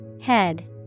Head